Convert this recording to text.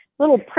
little